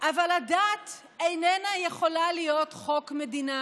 אבל הדת איננה יכולה להיות חוק מדינה,